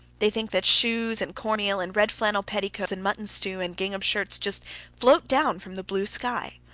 they think that shoes and corn meal and red-flannel petticoats and mutton stew and gingham shirts just float down from the blue sky.